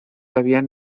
habían